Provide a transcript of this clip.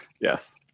Yes